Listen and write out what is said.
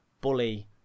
bully